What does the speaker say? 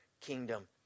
kingdom